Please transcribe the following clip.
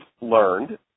learned